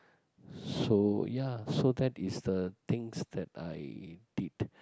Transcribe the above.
so ya so that is the things that I did